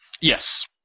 Yes